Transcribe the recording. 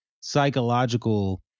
psychological